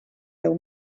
deu